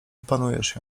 opanujesz